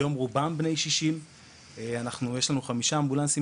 היום רובם בני 60. יש לנו חמישה אמבולנסים